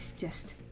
just